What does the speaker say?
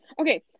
Okay